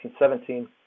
1917